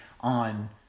on